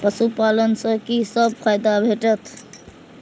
पशु पालन सँ कि सब फायदा भेटत?